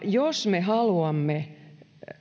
jos me haluamme